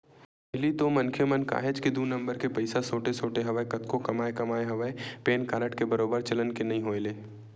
पहिली तो मनखे मन काहेच के दू नंबर के पइसा सोटे सोटे हवय कतको कमाए कमाए हवय पेन कारड के बरोबर चलन के नइ होय ले